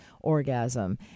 orgasm